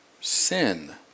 Sin